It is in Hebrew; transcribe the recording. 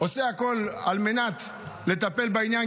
עושה הכול על מנת לטפל בעניין,